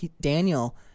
Daniel